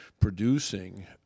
producing